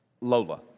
Lola